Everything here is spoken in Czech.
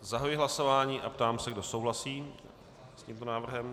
Zahajuji hlasování a ptám se, kdo souhlasí s tímto návrhem.